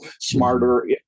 smarter